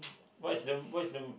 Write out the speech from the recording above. what is the what is the